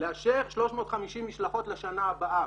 לאשר 350 משלחות לשנה הבאה,